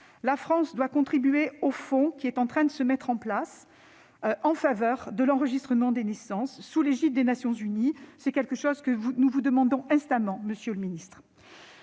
La France doit contribuer au fonds qui est en train de se mettre en place en faveur de l'enregistrement des naissances, sous l'égide des Nations unies. Nous vous le demandons instamment, monsieur le ministre.